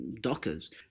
dockers